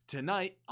Tonight